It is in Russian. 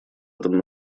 этом